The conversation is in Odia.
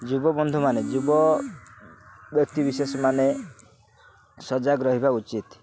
ଯୁବବନ୍ଧୁମାନେ ଯୁବ ବ୍ୟକ୍ତି ବିଶେଷମାନେ ସଜାଗ ରହିବା ଉଚିତ